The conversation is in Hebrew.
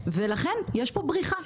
ולכן יש פה בריחה.